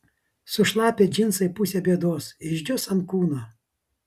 sušlapę džinsai pusė bėdos išdžius ant kūno